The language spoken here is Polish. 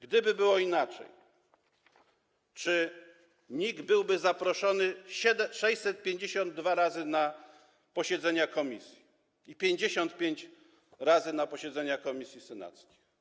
Gdyby było inaczej, czy NIK byłby zaproszony 652 razy na posiedzenia komisji sejmowych i 55 razy na posiedzenia komisji senackich?